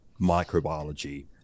microbiology